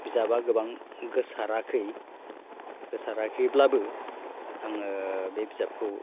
बिजाबा गोबां गोसाराखै गोसाराखैब्लाबो आङो बे बिजाबखौ